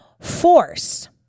force